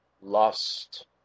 lust